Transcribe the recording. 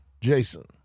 Jason